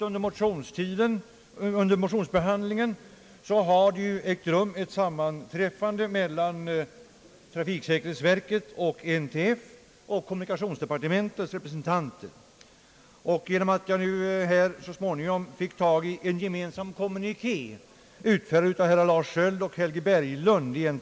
Under tiden för motionens behandling har emellertid ett sammanträffande ägt rum mellan representanter för kommunikationsdepartementet, trafiksäkerhetsverket och NTF, och jag har så småningom fått tag i en gemensam kommuniké, utfärdad av herrar Lars Skiöld i trafiksäkerhetsverket och Helge Berglund i NTF.